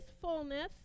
fullness